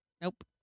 Nope